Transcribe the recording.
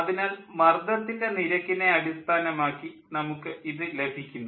അതിനാൽ മർദ്ദത്തിൻ്റെ നിരക്കിനെ അടിസ്ഥാനമാക്കി നമുക്ക് ഇത് ലഭിക്കുന്നു